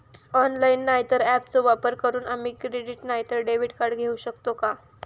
Online नाय तर ऍपचो वापर करून आम्ही क्रेडिट नाय तर डेबिट कार्ड घेऊ शकतो का?